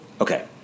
Okay